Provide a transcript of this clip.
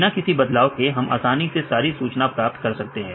बिना किसी बदलाव के हम आसानी से सारी सूचना प्राप्त कर सकते हैं